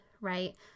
right